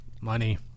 Money